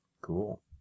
Cool